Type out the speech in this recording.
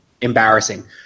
embarrassing